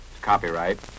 copyright